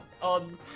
on